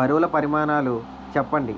బరువుల పరిమాణాలు చెప్పండి?